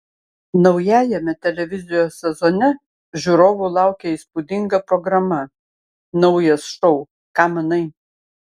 naujajame televizijos sezone žiūrovų laukia įspūdinga programa naujas šou ką manai